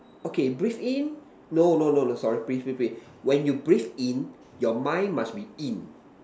okay breathe in no no no no sorry breathe breathe when you breathe in your mind must be in